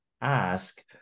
ask